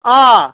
آ